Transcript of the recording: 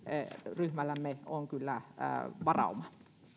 ryhmällämme on kyllä varauma